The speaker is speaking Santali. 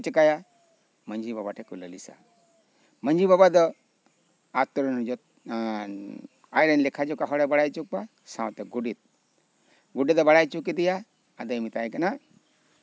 ᱪᱮᱫ ᱠᱚ ᱪᱤᱠᱟᱹᱭᱟ ᱢᱟᱺᱡᱷᱤ ᱵᱟᱵᱟ ᱴᱷᱮᱱ ᱠᱚ ᱞᱟᱹᱞᱤᱥᱟ ᱢᱟᱺᱡᱷᱤ ᱵᱟᱵᱟ ᱫᱚ ᱟᱡ ᱨᱮᱱ ᱞᱮᱠᱷᱟ ᱡᱚᱠᱷᱟ ᱦᱚᱲᱮ ᱵᱟᱲᱟᱭ ᱦᱚᱪᱚ ᱠᱚᱣᱟ ᱥᱟᱶᱛᱮ ᱜᱚᱰᱮᱛ ᱜᱚᱰᱮᱛ ᱮ ᱵᱟᱲᱟᱭ ᱦᱚᱪᱚ ᱠᱮᱫᱮᱭᱟ ᱟᱫᱚᱭ ᱢᱮᱛᱟᱭ ᱠᱟᱱᱟ